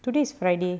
today is friday